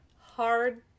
hard